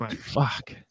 Fuck